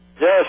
Yes